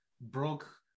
broke